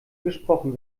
gesprochen